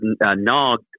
NOG